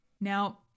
Now